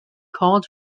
called